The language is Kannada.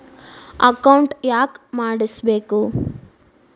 ಅಕೌಂಟ್ ಯಾಕ್ ಮಾಡಿಸಬೇಕು?